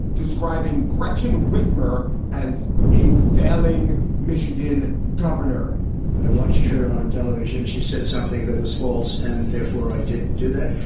describing gretchen whitmer as a failing michigan governor i watched her on television. she said something that was false and therefore, i did do that.